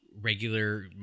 regular